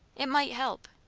it might help.